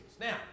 Now